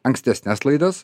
ankstesnes laidas